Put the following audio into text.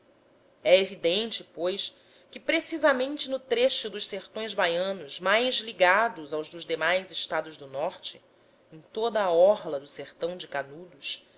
é evidente pois que precisamente no trecho dos sertões baianos mais ligado aos dos demais estados do norte em toda a orla do sertão de canudos